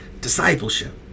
discipleship